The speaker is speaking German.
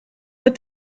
mit